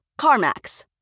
CarMax